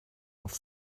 auf